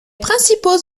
principaux